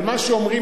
מה שאומרים,